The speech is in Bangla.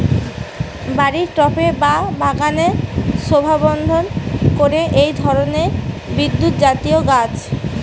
বাড়ির টবে বা বাগানের শোভাবর্ধন করে এই ধরণের বিরুৎজাতীয় গাছ